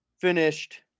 finished